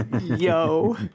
Yo